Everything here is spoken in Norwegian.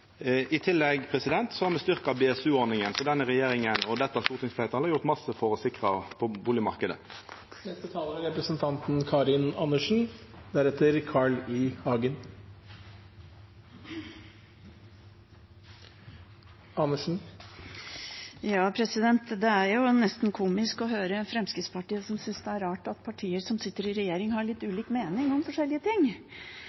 har me styrkt BSU-ordninga. Så denne regjeringa og dette stortingsfleirtalet har gjort mykje for å sikra bustadmarknaden. Det er nesten komisk å høre Fremskrittspartiet, som synes det er rart at partier som sitter i regjering sammen, har litt